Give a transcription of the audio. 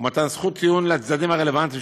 ומתן זכות טיעון לצדדים הרלוונטיים,